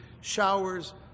showers